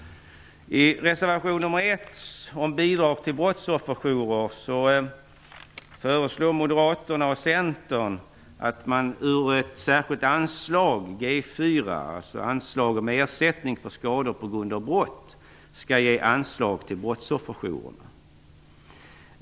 I reservation 1 om bidrag till brottsofferjourer föreslår Moderaterna och Centern att man ur ett särskilt anslag, G 4 Ersättning för skador på grund av brott, skall ge bidrag till brottsofferjourerna.